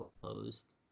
closed